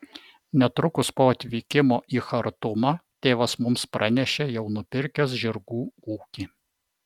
netrukus po atvykimo į chartumą tėvas mums pranešė jau nupirkęs žirgų ūkį